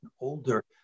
older